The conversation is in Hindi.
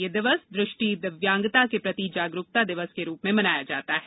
यह दिवस दृष्टि दिव्यांगता के प्रति जागरूकता दिवस के रूप में मनाया जाता है